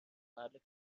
محل